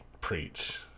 preach